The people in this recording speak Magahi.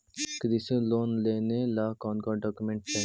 कृषि लोन लेने ला कोन कोन डोकोमेंट चाही?